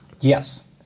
Yes